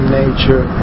nature